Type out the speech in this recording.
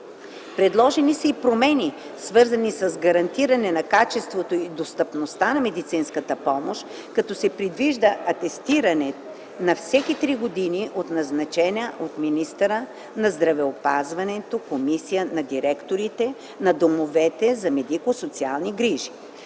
Предложени са и промени, свързани с гарантиране на качеството и достъпността на медицинската помощ, като се предвижда атестиране на всеки три години от назначена от министъра на здравеопазването Комисия на директорите на домовете за медико-социални грижи.